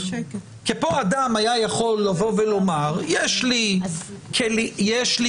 כי פה אדם היה יכול לבוא ולומר: יש לי